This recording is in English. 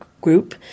group